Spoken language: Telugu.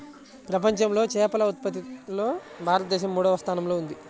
ప్రపంచంలో చేపల ఉత్పత్తిలో భారతదేశం మూడవ స్థానంలో ఉంది